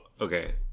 okay